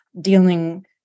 dealing